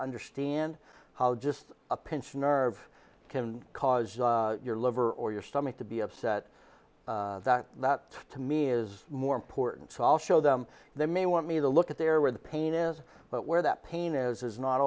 understand how just a pinched nerve can cause your liver or your stomach to be upset that that to me is more important so i'll show them they may want me to look at there where the pain is but where that pain is is not